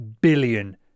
billion